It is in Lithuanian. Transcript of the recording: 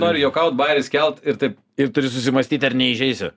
nori juokaut bairį skelt ir taip ir turi susimąstyti ar neįžeisiu